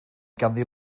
ganddi